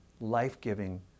life-giving